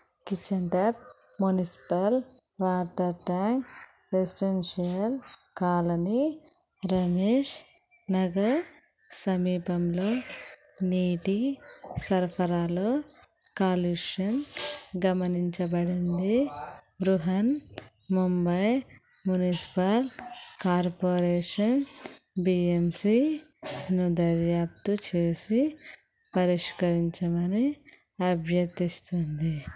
kitchen tap municipal water tank residential colony Ramesh Nagar సమీపంలో నీటి సరఫరాలో కాలుష్యం గమనించబడింది Brihan Mumbai municipal corporation B M C ను దర్యాప్తు చేసి పరిష్కరించమని అభ్యర్థిస్తోంది